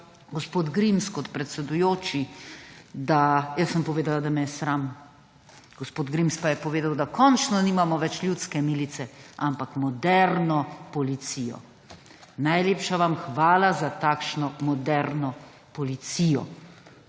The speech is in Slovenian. gospod Grims kot predsedujoči, jaz sem povedala, da me je sram, gospod Grims pa je povedal, da končno nimamo več ljudske milice, ampak moderno policijo. Najlepša vam hvala za takšno moderno policijo.